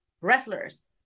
wrestlers